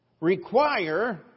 require